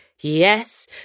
yes